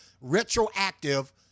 retroactive